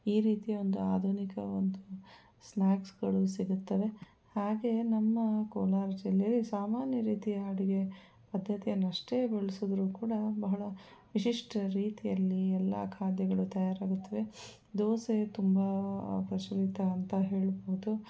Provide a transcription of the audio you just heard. ಈ ರೀತಿಯೊಂದು ಆಧುನಿಕ ಒಂದು ಸ್ನ್ಯಾಕ್ಸ್ಗಳು ಸಿಗುತ್ತವೆ ಹಾಗೆ ನಮ್ಮ ಕೋಲಾರ ಜಿಲ್ಲೆಯಲಿ ಸಾಮಾನ್ಯ ರೀತಿಯ ಅಡುಗೆ ಪದ್ಧತಿಯನ್ನಷ್ಟೇ ಬಳಸಿದ್ರೂ ಕೂಡ ಬಹಳ ವಿಶಿಷ್ಟ ರೀತಿಯಲ್ಲಿ ಎಲ್ಲ ಖಾದ್ಯಗಳು ತಯಾರಾಗುತ್ತವೆ ದೋಸೆ ತುಂ ಪ್ರಚಲಿತ ಅಂತ ಹೇಳ್ಬೋದು